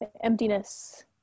emptiness